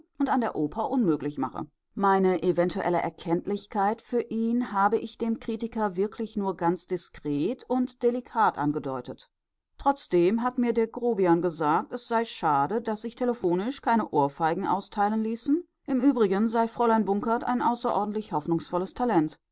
und an der oper unmöglich mache meine eventuelle erkenntlichkeit für ihn habe ich dem kritiker wirklich nur ganz diskret und delikat angedeutet trotzdem hat mir der grobian gesagt es sei schade daß sich telephonisch keine ohrfeigen austeilen ließen im übrigen sei fräulein bunkert ein außerordentlich hoffnungsvolles talent